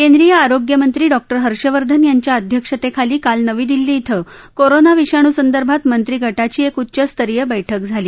केंद्रीय आरोग्यमंत्री डॉक्टर हर्षवर्धन यांच्या अध्यक्षतेखाली काल नवी दिल्ली इथं कोरोना विषाणू संदर्भात मंत्री गटाची एक उच्चस्तरीय बैठक झाली